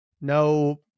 no